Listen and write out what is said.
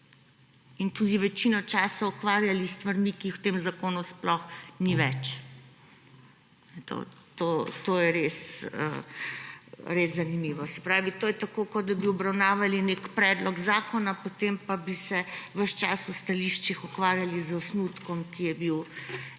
in tudi večino časa – ukvarjali s stvarmi, ki jih v tem zakonu sploh ni več. To je res zanimivo. Se pravi, to je tako, kot da bi obravnavali nek predlog zakona, potem pa bi se ves čas v stališčih ukvarjali z osnutkom, ki je bil narejen